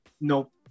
nope